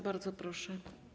Bardzo proszę.